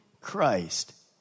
Christ